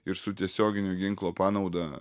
ir su tiesioginio ginklo panauda